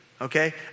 okay